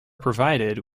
provided